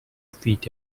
feet